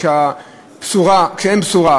כשאין בשורה,